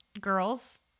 girls